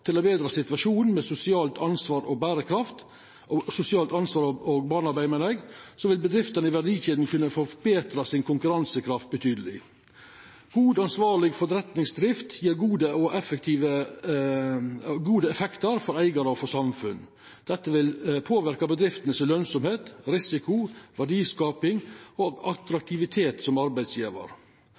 til å betra situasjonen med sosialt ansvar og barnearbeid, vil bedriftene i verdikjeda kunna få forbetra konkurransekrafta si betydeleg. God, ansvarleg forretningsdrift gjev gode effektar for eigarar og for samfunn. Dette vil påverka bedriftene si lønsemd, risiko, verdiskaping og attraktivitet som arbeidsgjevar.